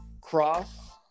Cross